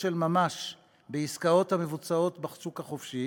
של ממש בעסקאות המבוצעות בשוק החופשי,